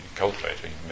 cultivating